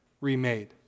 Remade